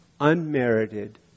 unmerited